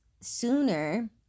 sooner